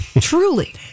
truly